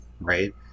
Right